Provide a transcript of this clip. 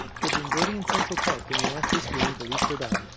he had been birding in central park when he asked this woman to leash her dog,